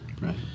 Right